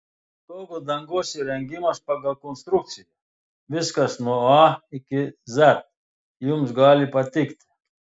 stogo dangos įrengimas pagal konstrukciją viskas nuo a iki z jums gali patikti